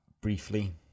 briefly